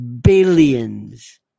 billions